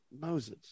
Moses